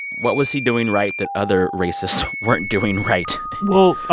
what was he doing right that other racists weren't doing right? well,